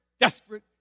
desperate